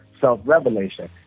self-revelation